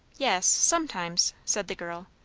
yes sometimes, said the girl.